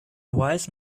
wise